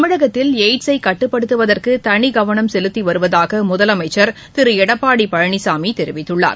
தமிழகத்தில் எய்ட்ஸை கட்டுப்படுத்துவதற்கு தனிக்கவனம் செலுத்தி வருவதாக முதலமைச்சா் திரு எடப்பாடி பழனிசாமி தெரிவித்துள்ளார்